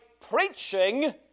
preaching